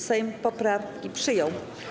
Sejm poprawkę przyjął.